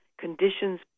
Conditions